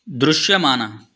దృశ్యమాన